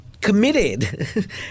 committed